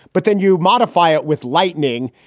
but then you modify it with lightning.